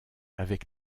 avec